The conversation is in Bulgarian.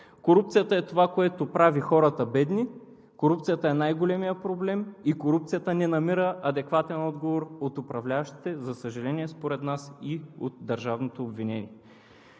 Корупцията е това, което прави хората бедни, корупцията е най-големият проблем и корупцията не намира адекватен отговор от управляващите, за съжаление, и от държавното обвинение.